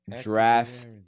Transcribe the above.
draft